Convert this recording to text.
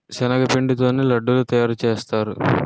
శనగపిండి తోనే లడ్డూలు తయారుసేత్తారు